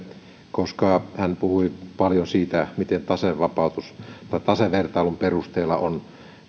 koska hän puhui paljon siitä miten tasevertailun perusteella on